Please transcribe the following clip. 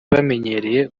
bamenyereye